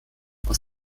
aus